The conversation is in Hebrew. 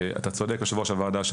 יושב-ראש הוועדה,